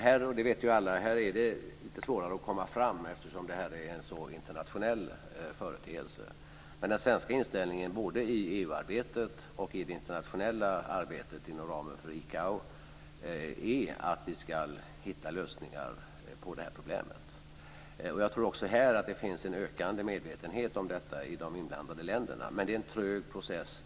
I det här fallet är det lite svårare att komma fram - det vet ju alla - eftersom det här är en så internationell företeelse. Men den svenska inställningen både i EU-arbetet och i det internationella arbetet inom ramen för ICAO är att vi ska hitta lösningar på det här problemet. Jag tror också här att det finns en ökad medvetenhet om detta i de inblandade länderna, men det är en trög process.